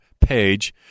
page